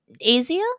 easier